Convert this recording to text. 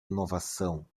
inovação